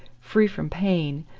free from pain,